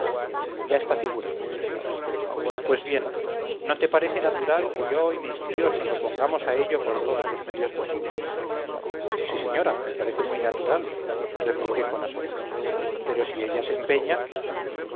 ya está figurado pues bien no te parece natural que yo y mis tíos nos opongamos a ello por todos los medios posibles sí señora me parece muy natural repliqué con asombro pero si ella se empeña